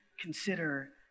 consider